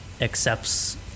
accepts